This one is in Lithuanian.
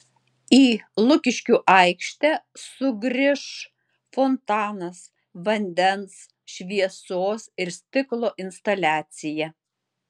į lukiškių aikštę sugrįš fontanas vandens šviesos ir stiklo instaliacija